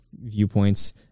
viewpoints